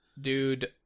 dude